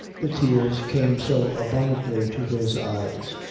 the tears came so abundantly to his eyes,